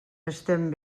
estem